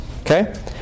Okay